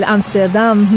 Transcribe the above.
Amsterdam